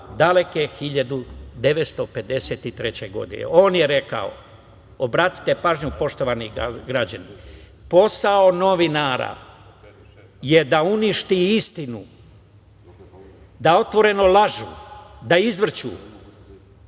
daleke 1953. godine. On je rekao, obratite pažnju, poštovani građani: „Posao novinara je da uništi istinu, da otvoreno lažu, da izvrću,